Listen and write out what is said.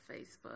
Facebook